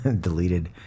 deleted